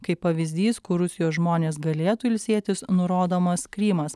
kaip pavyzdys kur rusijos žmonės galėtų ilsėtis nurodomas krymas